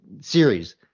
series